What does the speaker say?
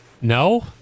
no